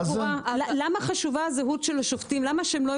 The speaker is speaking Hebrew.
למה חשובה הזהות של השופטים?